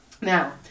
Now